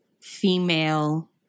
female